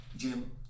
Jim